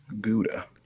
Gouda